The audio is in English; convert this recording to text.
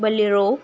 bolero